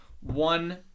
one